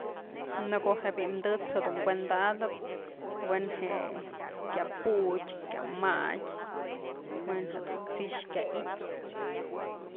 Në ko'o bi'i tët's jëdun kuenda'atëpwe'en je'e kya putyë kya madyë we'en jedun t'six kya i'ityë.